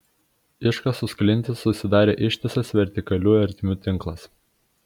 iškasus klintis susidarė ištisas vertikalių ertmių tinklas